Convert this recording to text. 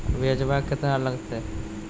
ब्यजवा केतना लगते?